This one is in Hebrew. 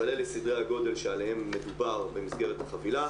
אבל אלה סדרי הגדול שעליהם מדובר במסגרת החבילה,